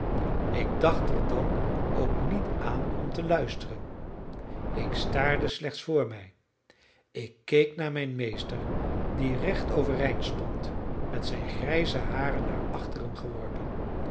ik dacht er dan ook niet aan om te luisteren ik staarde slechts voor mij ik keek naar mijn meester die recht overeind stond met zijn grijze haren naar achteren geworpen